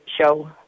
show